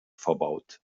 verbaut